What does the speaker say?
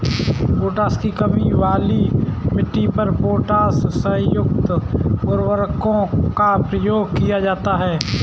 potash की कमी वाली मिट्टी पर पोटाशयुक्त उर्वरकों का प्रयोग किया जाना है